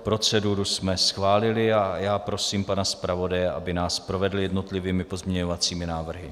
Proceduru jsme schválili a já prosím pana zpravodaje, aby nás provedl jednotlivými pozměňovacími návrhy.